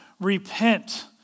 repent